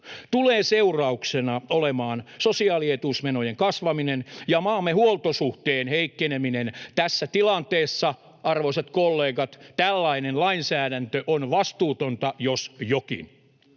tulee seurauksena olemaan sosiaalietuusmenojen kasvaminen ja maamme huoltosuhteen heikkeneminen. Tässä tilanteessa, arvoisat kollegat, tällainen lainsäädäntö on vastuutonta, jos jokin.